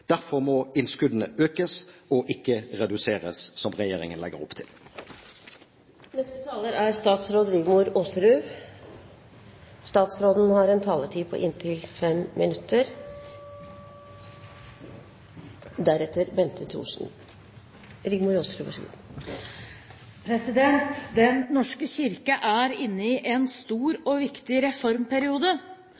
Derfor må innskuddene økes og ikke reduseres, som regjeringen legger opp til. Den norske kirke er inne i en stor